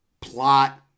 plot